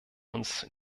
uns